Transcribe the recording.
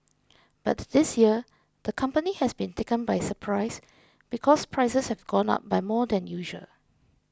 but this year the company has been taken by surprise because prices have gone up by more than usual